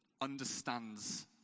understands